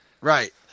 Right